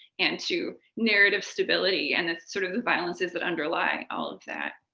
and to narrative stability, and the sort of the violences that underlie all of that.